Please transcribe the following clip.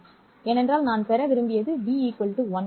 ஏனென்றால் நான் பெற விரும்பியது b 1